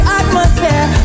atmosphere